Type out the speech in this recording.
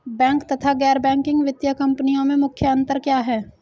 Bank तथा गैर banking वित्तीय कंपनियों में मुख्य अंतर क्या है?